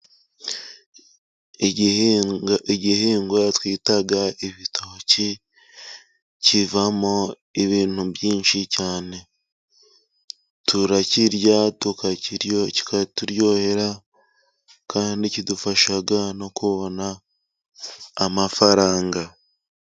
Igihingwa twita ibitoki kivamo ibintu byinshi cyane turakirya tukaturyohera kandi kidufasha no kubona amafaranga.